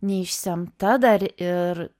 neišsemta dar ir